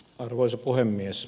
arvoisa puhemies